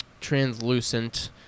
translucent